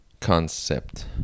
concept